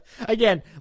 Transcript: Again